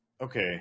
okay